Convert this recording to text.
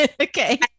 Okay